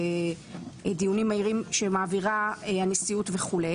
דיונים מהירים שמעבירה הנשיאות וכו'?